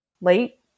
late